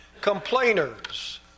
complainers